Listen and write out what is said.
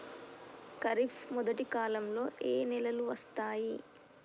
ఖరీఫ్ మొదటి కాలంలో ఏ నెలలు వస్తాయి?